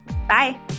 Bye